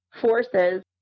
forces